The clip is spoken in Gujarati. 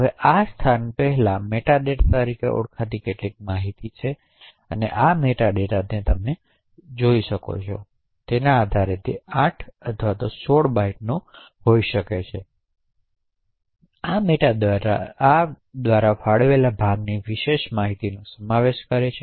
હવે આ સ્થાન પહેલાં મેટા ડેટા તરીકે ઓળખાતી કેટલીક માહિતી છે આ મેટા ડેટા તમે ચલાવી શકો છો તેના આધારે 8 અથવા 16 બાઇટ્સનો હોઈ શકે છે તેથી આ મેટા ડેટા આ ફાળવેલ ભાગ વિશેની માહિતીનો સમાવેશ કરે છે